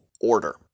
order